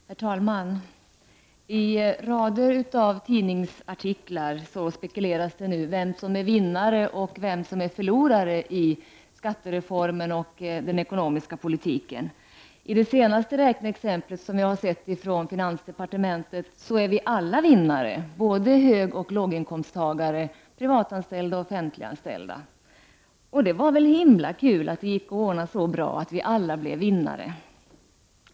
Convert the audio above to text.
Herr talman! I rader av tidningsartiklar spekuleras nu i vem som är vinnare och vem som är förlorare i skattereformen och den ekonomiska politiken. I det senaste räkneexemplet som vi fick från finansdepartementet är vi alla vinnare: lågoch höginkomsttagare, privatoch offentliganställda. Det är väl ”himla kul” att det gick att ordna det så bra att vi alla blev vinnare!